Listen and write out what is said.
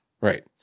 right